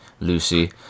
Lucy